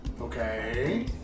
Okay